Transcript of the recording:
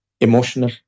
emotional